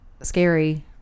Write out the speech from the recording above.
scary